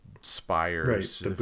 spires